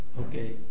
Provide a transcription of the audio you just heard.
Okay